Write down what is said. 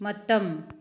ꯃꯇꯝ